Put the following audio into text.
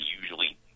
usually